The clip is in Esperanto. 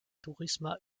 turisma